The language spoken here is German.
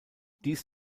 dies